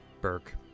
Burke